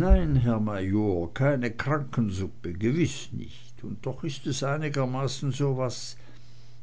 nein herr major keine krankensuppe gewiß nicht und doch is es einigermaßen so was